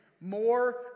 more